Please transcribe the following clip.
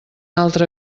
altre